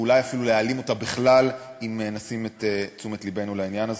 ואולי אפילו להעלים אותה בכלל אם נפנה את תשומת לבנו לעניין הזה.